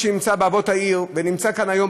מי שנמצא בין אבות העיר ונמצא כאן היום,